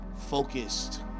focused